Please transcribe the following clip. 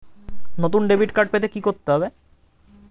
নতুন debit card পেতে কী করতে হবে?